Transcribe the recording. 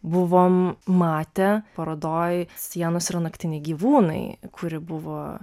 buvom matę parodoj sienos yra naktiniai gyvūnai kuri buvo